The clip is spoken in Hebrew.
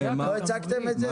לא הצעתם את זה?